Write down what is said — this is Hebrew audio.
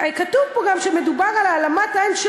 כתוב פה גם שמדובר על העלמת עין של